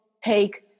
take